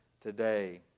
today